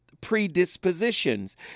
predispositions